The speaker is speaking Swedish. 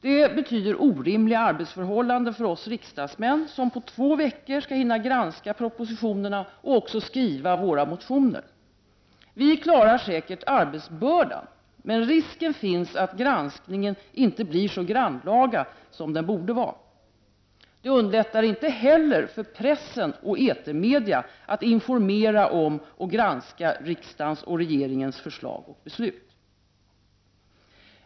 Det betyder orimliga arbetsförhållanden för oss riksdagsmän, som på två veckor skall hinna granska propositionerna och skriva våra motioner. Vi klarar säkert arbetsbördan, men risken finns att granskningen inte blir så nogrann som den borde vara. Det underlättar inte heller för pressen och etermedia att informera om och granska riksdagens och regeringens förslag och beslut.